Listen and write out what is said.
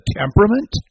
temperament